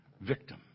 victim